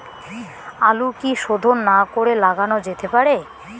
আলু কি শোধন না করে লাগানো যেতে পারে?